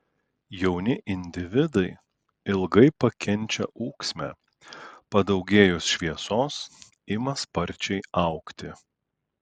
jauni individai ilgai pakenčia ūksmę padaugėjus šviesos ima sparčiai augti